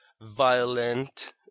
violent